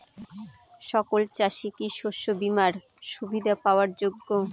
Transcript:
সকল চাষি কি শস্য বিমার সুবিধা পাওয়ার যোগ্য?